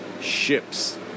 ships